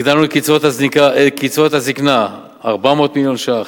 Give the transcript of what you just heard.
הגדלנו את קצבאות הזיקנה, 400 מיליון שקלים.